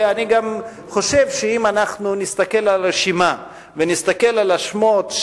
ואני גם חושב שאם אנחנו נסתכל על הרשימה ונסתכל על השמות,